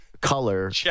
color